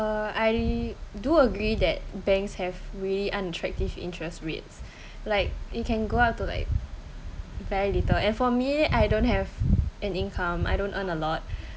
uh I do agree that banks have really unattractive interest rates like it can go up to like very little and for me I don't have an income I don't earn a lot